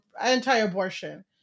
anti-abortion